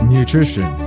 Nutrition